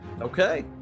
Okay